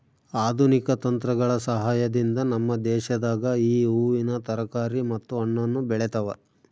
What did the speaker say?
ಆಧುನಿಕ ತಂತ್ರಗಳ ಸಹಾಯದಿಂದ ನಮ್ಮ ದೇಶದಾಗ ಈ ಹೂವಿನ ತರಕಾರಿ ಮತ್ತು ಹಣ್ಣನ್ನು ಬೆಳೆತವ